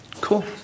cool